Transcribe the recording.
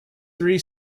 three